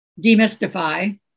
demystify